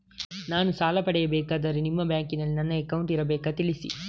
ನಾನು ಸಾಲ ಪಡೆಯಬೇಕಾದರೆ ನಿಮ್ಮ ಬ್ಯಾಂಕಿನಲ್ಲಿ ನನ್ನ ಅಕೌಂಟ್ ಇರಬೇಕಾ ತಿಳಿಸಿ?